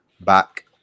back